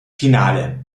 finale